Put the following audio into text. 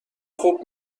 خوب